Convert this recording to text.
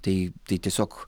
tai tai tiesiog